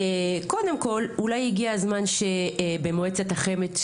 קודם כל אולי הגיע הזמן שבמועצת החמ"ד,